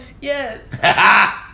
Yes